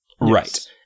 Right